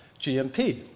GMP